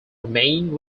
remained